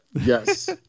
Yes